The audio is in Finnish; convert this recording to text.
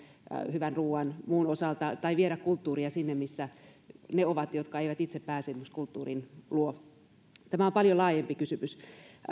hyvän ruoan muun osalta tai viedään esimerkiksi kulttuuria sinne missä ovat ne jotka eivät itse pääse kulttuurin luo tämä on paljon laajempi kysymys